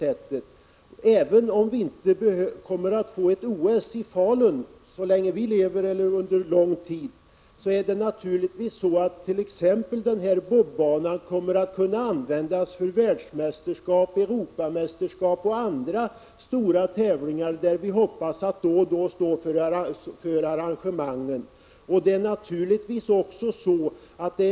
Även om vi inte kommer att få ett OS i Falun så länge vi lever eller under lång tid, kommer t.ex. bob-banan att kunna användas för världsmästerskap, Europamästerskap och andra stora tävlingar, som vi hoppas få arrangera då och då.